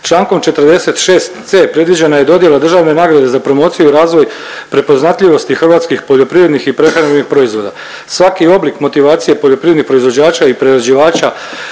Člankom 46c. predviđena je dodjela državne nagrade za promociju i razvoj prepoznatljivosti hrvatskih poljoprivrednih i prehrambenih proizvoda. Svaki oblik motivacije poljoprivrednih proizvođača i prerađivača